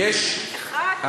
אחד?